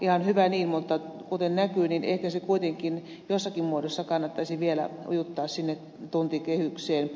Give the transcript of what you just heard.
ihan hyvä niin mutta kuten näkyy niin ehkä se kuitenkin jossakin muodossa kannattaisi vielä ujuttaa sinne tuntikehykseen